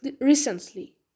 recently